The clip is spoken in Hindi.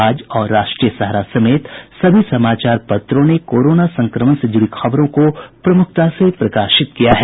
आज और राष्ट्रीय सहारा समेत सभी समाचार पत्रों ने कोरोना संक्रमण से जुड़ी खबरों को प्रमुखता से प्रकाशित किया है